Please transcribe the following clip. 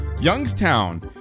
Youngstown